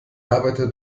arbeite